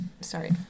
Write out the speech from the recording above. Sorry